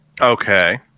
Okay